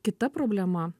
kita problema